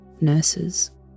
Nurses